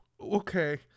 okay